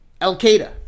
Al-Qaeda